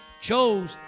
chose